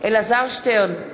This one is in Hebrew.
אלעזר שטרן,